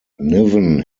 niven